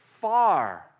far